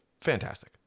Fantastic